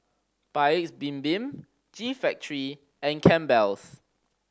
Paik's Bibim G Factory and Campbell's